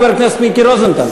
חבר הכנסת מיקי רוזנטל?